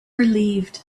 relieved